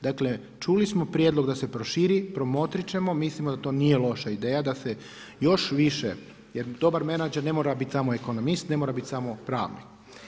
Dakle, čuli smo prijedlog da se proširi, promotrit ćemo, mislimo da to nije loša ideja da se još više jer dobar menadžer ne biti samo ekonomist, ne mora biti samo pravnik.